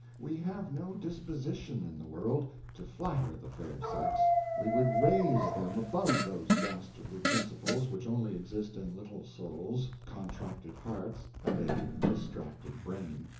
we have no disposition in the world to flatter the fair sex, we would raise them above those dastardly principles which only exist in little souls, contracted hearts, and a distracted brain.